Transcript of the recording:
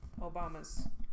Obama's